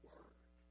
Word